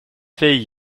fait